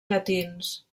llatins